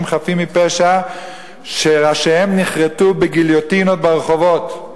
חפים מפשע שראשיהם נכרתו בגיליוטינות ברחובות.